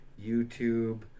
YouTube